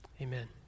amen